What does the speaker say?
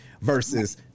versus